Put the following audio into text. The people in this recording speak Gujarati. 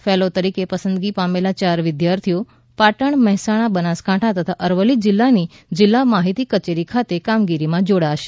ફેલો તરીકે પસંદગી પામેલા યાર વિદ્યાર્થીઓ પાટણ મહેસાણા બનાસકાંઠા તથા અરવલ્લી જિલ્લાની જિલ્લા માહિતી કચેરી ખાતે કામગીરીમાં જોડાશે